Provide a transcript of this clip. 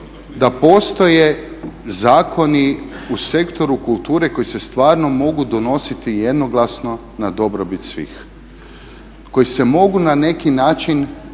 da postoje zakoni u sektoru kulture koji se stvarno mogu donositi jednoglasno na dobrobit svih, koji se mogu na neki način